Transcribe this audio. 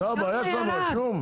זו הבעיה שלנו, השום?